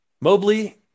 Mobley